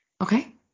Okay